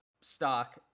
stock